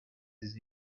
his